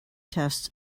tests